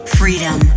freedom